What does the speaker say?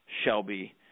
Shelby